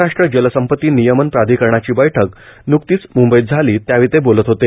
महाराष्ट्र जलसंपती नियमन प्राधिकरणाची बैठक न्कतीच म्ंबईत झाली त्यावेळी ते बोलत होते